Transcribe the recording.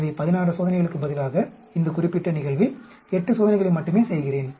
எனவே 16 சோதனைகளுக்கு பதிலாக இந்த குறிப்பிட்ட நிகழ்வில் 8 சோதனைகளை மட்டுமே செய்கிறேன்